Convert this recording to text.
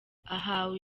ahawe